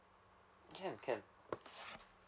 can can